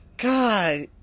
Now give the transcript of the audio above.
God